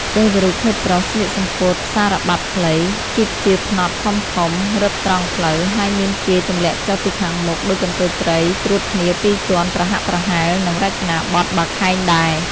ទេវរូបភេទប្រុសស្លៀកសំពត់សារបាប់ខ្លី ជីបជាផ្នត់ធំៗ រឹបត្រង់ភ្លៅ ហើយមានជាយទម្លាក់ចុះពីខាងមុខដូចកន្ទូយត្រីត្រួតគ្នាពីរជាន់ប្រហាក់ប្រហែលនឹងរចនាបថបាខែងដែរ។